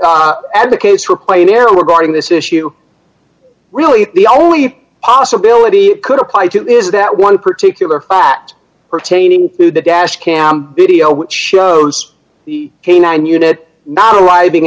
advocates for plain error were guarding this issue really the only possibility it could apply to is that one particular that pertaining to the dash cam video which shows the canine unit not arriving